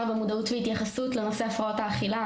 במודעות והתייחסות לנושא הפרעות האכילה,